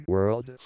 World